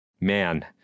man